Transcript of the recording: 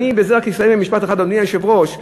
אדוני היושב-ראש,